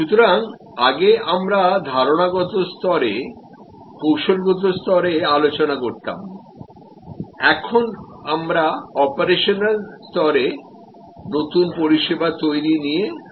সুতরাং আগে আমরা ধারণাগত স্তরে কৌশলগত স্তরে আলোচনা করতাম এখন আমরা অপারেশনাল স্তরে নতুন পরিষেবা তৈরি নিয়ে আলোচনা করব